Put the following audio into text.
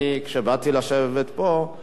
אני, כשבאתי לשבת פה,